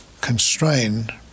constrained